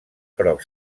prop